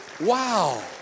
Wow